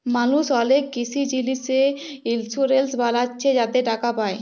মালুস অলেক কিসি জিলিসে ইলসুরেলস বালাচ্ছে যাতে টাকা পায়